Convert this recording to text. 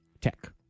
Tech